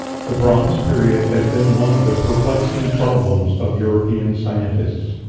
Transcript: the bronze period has been one of the perplexing problems of european scientists.